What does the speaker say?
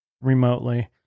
remotely